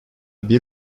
bir